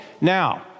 Now